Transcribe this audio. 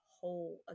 whole